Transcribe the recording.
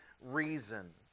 reason